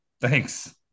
Thanks